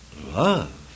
love